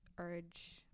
urge